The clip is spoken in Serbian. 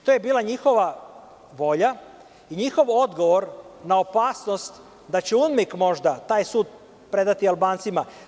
To je bila njihova volja i odgovor na opasnost da će UNMIK taj sud predati Albancima.